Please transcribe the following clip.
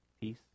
peace